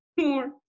more